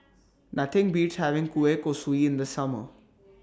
Nothing Beats having Kueh Kosui in The Summer